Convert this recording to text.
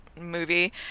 movie